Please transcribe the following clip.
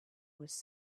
was